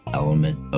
element